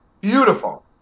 Beautiful